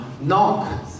Knock